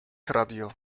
radio